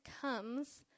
comes